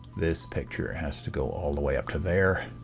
this picture has to go all the way up to there,